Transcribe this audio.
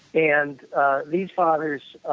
and these fathers,